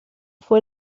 fue